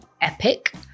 Epic